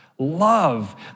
Love